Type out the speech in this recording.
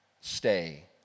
stay